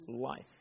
life